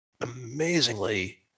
amazingly